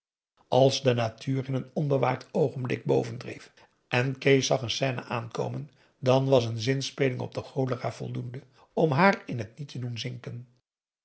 als de natuur in een onbewaakt oogenblik boven dreef en kees zag een scène aankomen dan was een zinspeling op de cholera voldoende om haar in het niet te doen zinken